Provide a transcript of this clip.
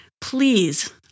Please